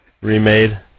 remade